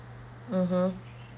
mmhmm